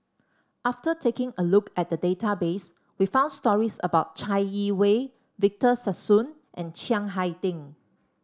after taking a look at database we found stories about Chai Yee Wei Victor Sassoon and Chiang Hai Ding